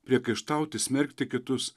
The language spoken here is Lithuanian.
priekaištauti smerkti kitus